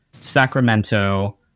Sacramento